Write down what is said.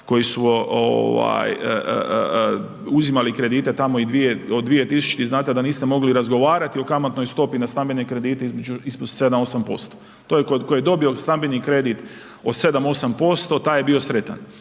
koji su uzimali kredite tamo od 2000-ih, znate da niste mogli razgovarati o kamatnoj stopi na stambene kredite između 7, 8%. To je, tko je dobio stambeni kredit od 7, 8%, taj je bio sretan,